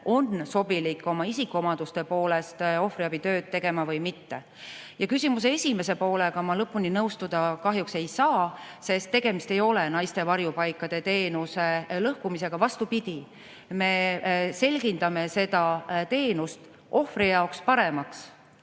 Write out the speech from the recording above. on sobilik oma isikuomaduste poolest ohvriabitööd tegema või mitte. Teie küsimuse esimese poolega ma lõpuni nõustuda kahjuks ei saa, sest tegemist ei ole naiste varjupaikade teenuse lõhkumisega. Vastupidi, me selgindame seda teenust, [teeme